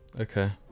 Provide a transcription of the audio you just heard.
Okay